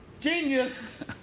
Genius